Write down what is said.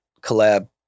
collab